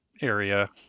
area